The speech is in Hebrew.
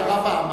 והרב עמאר,